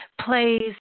plays